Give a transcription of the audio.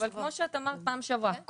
אבל כמו שאת אמרת פעם שעברה,